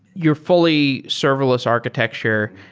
you're fully serverless architecture.